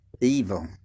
evil